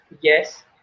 yes